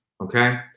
okay